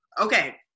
Okay